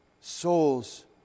soul's